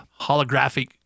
holographic